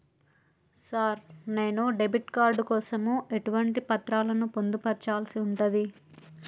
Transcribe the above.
Sir నేను debit card కోసం ఎటువంటి పత్రాలను పొందుపర్చాల్సి ఉంటది?